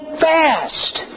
fast